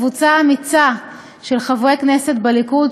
קבוצה אמיצה של חברי כנסת בליכוד,